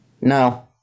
No